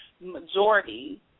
majority